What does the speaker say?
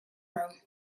room